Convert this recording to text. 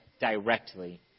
directly